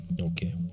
Okay